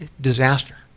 disaster